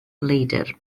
leidr